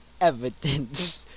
evidence